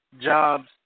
jobs